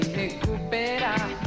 recuperar